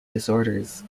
disorders